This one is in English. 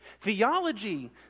Theology